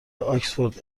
آکسفورد